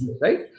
right